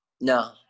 No